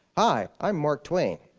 hi, i'm mark twain.